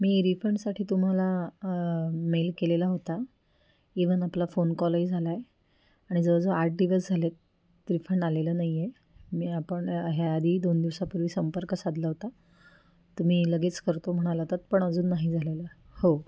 मी रिफंडसाठी तुम्हाला मेल केलेला होता इवन आपला फोन कॉलही झाला आहे आणि जवळ जवळ आठ दिवस झालेत रिफंड आलेलं नाही आहे मी आपण ह्या आधी दोन दिवसापूर्वी संपर्क साधला होता तुम्ही लगेच करतो म्हणाला होतात पण अजून नाही झालेलं हो